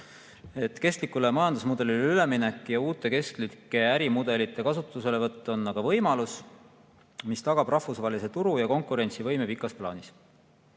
Kestlikule majandusmudelile üleminek ja uute kestlike ärimudelite kasutuselevõtt on aga võimalus, mis tagab rahvusvahelise turu ja konkurentsivõime pikas plaanis.